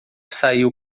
saiu